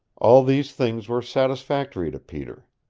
all these things were satisfactory to peter.